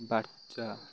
বাচ্চা